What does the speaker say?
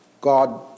God